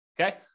Okay